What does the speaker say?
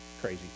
crazy